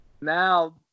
Now